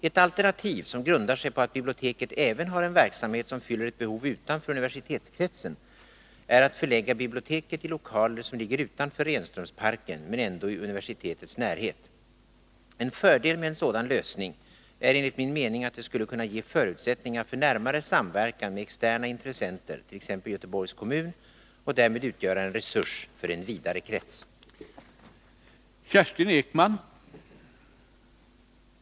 Ett alternativ, som grundar sig på att biblioteket även har en verksamhet som fyller ett behov utanför universitetskretsen, är att förlägga biblioteket i lokaler som ligger utanför Renströmsparken men ändå i universitetets närhet. En fördel med en sådan lösning är enligt min mening att det skulle kunna ge förutsättningar för närmare samverkan med externa intressenter, Nr 140 t.ex. Göteborgs kommun, och därmed utgöra en resurs för en vidare Torsdagen den